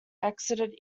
exited